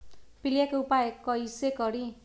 पीलिया के उपाय कई से करी?